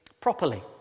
properly